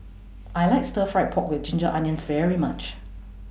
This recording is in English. I like Stir Fry Pork with Ginger Onions very much